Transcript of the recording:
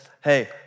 hey